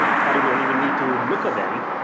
probably we don't even need to look at them.